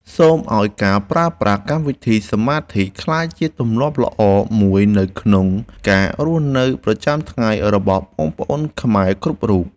សូមឱ្យការប្រើប្រាស់កម្មវិធីសមាធិក្លាយជាទម្លាប់ល្អមួយនៅក្នុងការរស់នៅប្រចាំថ្ងៃរបស់បងប្អូនខ្មែរគ្រប់រូប។